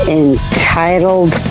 entitled